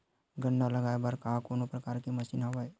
गन्ना लगाये बर का कोनो प्रकार के मशीन हवय?